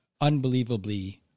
unbelievably